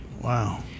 wow